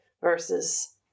versus